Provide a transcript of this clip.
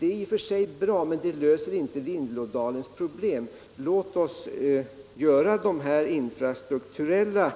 i och för sig är bra, men det löser inte Vindelådalens problem. Låt oss. göra de infrastrukturella.